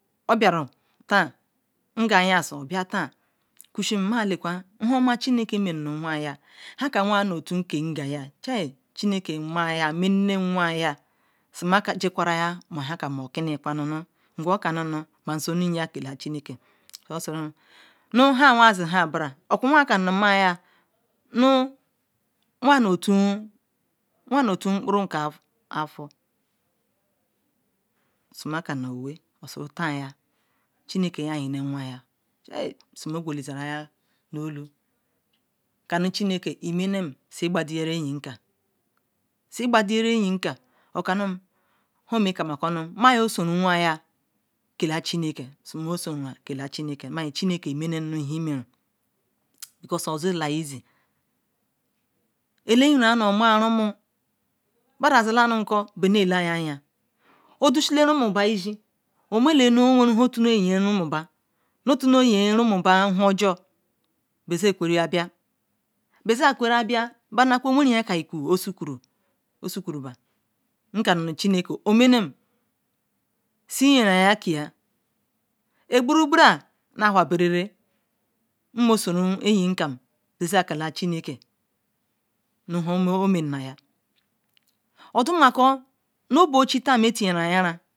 Oberu tan oberu nkwu sia okannu nu nhumma chineke mennu wan ya hankam on tune kengal nu chineke mennemwam yin sol mensiquaral ma han kam okini okanu ma nsoron ya kelachinek oka nu han wonzi bra okwanu akwa okanu nu won nu ture ngaa laru na wiyan wenhia lam ya moguzoro aker alu kanu chineke nu omene siyigbadi yaru eyin ka or kanu ma yo suru awen ya kelachi neke simoso ro masiri kela chineke canna numenm nugan oherun because ozila elzy ela yin nuomorumo ba daziri nu elanyin odozila ba ishel omen lela otugal yin rumon wun jor bezekwe bia beze onakwu ikwu we neniyin sukuru ba nu ome nem si yeran kia eboru bra nu aw ha berara mmozon eyin zenkela chi neke zen aka nu omenew nu humma omennre odo ma kol nooga oboyachi